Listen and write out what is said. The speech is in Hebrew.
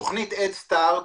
תכנית הד סטארט,